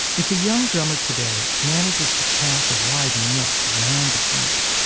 if a young drummer today manages to cast a wide net round the beat,